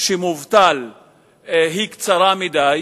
שהוא מובטל היא קצרה מדי,